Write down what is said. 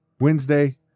Wednesday